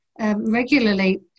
regularly